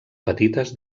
petites